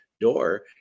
door